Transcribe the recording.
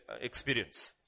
experience